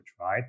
right